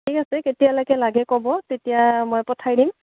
ঠিক আছে কেতিয়ালৈকে লাগে ক'ব তেতিয়া মই পঠাই দিম